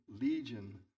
legion